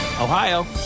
Ohio